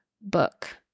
book